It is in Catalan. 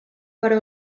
però